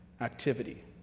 activity